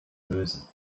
lösen